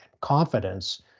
confidence